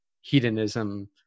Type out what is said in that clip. hedonism